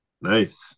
Nice